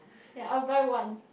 ya I'll buy one